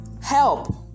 Help